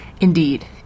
Indeed